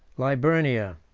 liburnia,